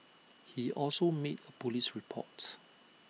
he also made A Police report